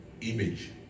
Image